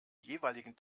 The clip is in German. jeweiligen